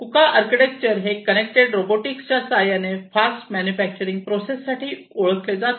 कुका आर्किटेक्चर हे connected robotics च्या साह्याने फास्ट मॅन्युफॅक्चरिंग प्रोसेस साठी ओळखले जाते